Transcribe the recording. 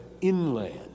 inland